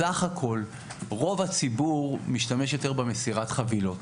בסך הכול רוב הציבור משתמש יותר במסירת חבילות.